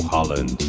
Holland